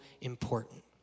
important